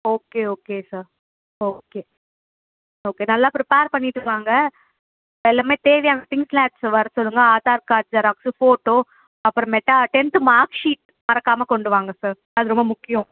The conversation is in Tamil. okay okay sir okay okay நல்லா பிரிப்பேர் பண்ணிவிட்டு வாங்க எல்லாமே தேவையான திங்ஸெலாம் எடுத்துவிட்டு வர சொல்லுங்க ஆதார் கார்டு ஜெராக்ஸ் போட்டோ அப்புறமேட்டா டென்த் மார்க் சீட் மறக்காமல் கொண்டு வாங்க சார் அது ரொம்ப முக்கியம்